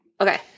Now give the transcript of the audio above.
Okay